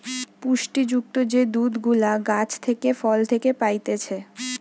পুষ্টি যুক্ত যে দুধ গুলা গাছ থেকে, ফল থেকে পাইতেছে